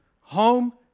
home